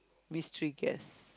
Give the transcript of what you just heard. mystery guest